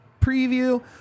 preview